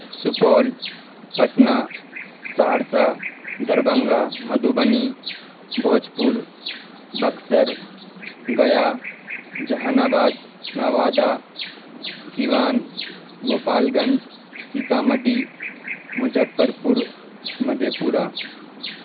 Supaul Patna Saharsa Darbhanga Madhubani Bhojpur Buxar Gaya Jehanabad Nawada Siwan Gopalganj Sitamarhi Muzaffarpur Madhya Pura